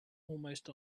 almost